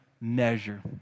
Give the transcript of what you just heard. measure